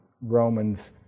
Romans